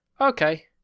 okay